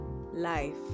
life